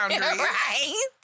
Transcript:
Right